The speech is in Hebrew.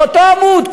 באותו עמוד,